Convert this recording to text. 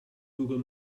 google